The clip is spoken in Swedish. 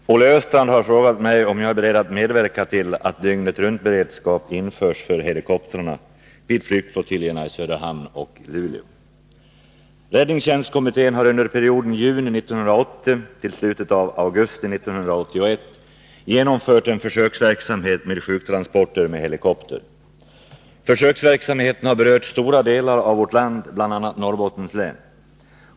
Herr talman! Olle Östrand har frågat mig om jag är beredd att medverka till att dygnetruntberedskap införs för helikoptrarna vid flygflottiljerna i Söderhamn och Luleå. Räddningstjänstkommittén har under perioden juni 1980-slutet av augusti 1981 genomfört en försöksverksamhet med sjuktransporter med helikopter. Försöksverksamheten har berört stora delar av landet, bl.a. Norrbottens län.